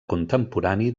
contemporani